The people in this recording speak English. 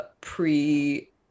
pre-